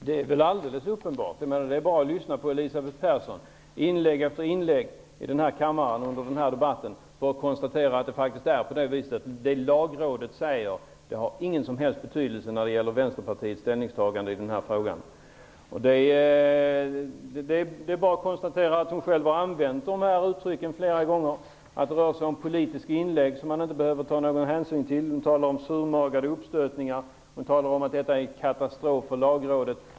Herr talman! Det är väl helt uppenbart. Det är bara att lyssna på Elisabeth Persson, som i inlägg efter inlägg i kammaren under denna debatt har förklarat att vad Lagrådet säger inte har någon som helst betydelse för Vänsterpartiets ställningstagande i denna fråga. Det är bara att konstatera att hon själv flera gånger har sagt att det rör sig om politiska inlägg, som man inte behöver ta hänsyn till. Hon talade också om surmagade uppstötningar och sade att yttrandet är en katastrof för Lagrådet.